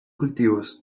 cultivos